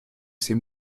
ses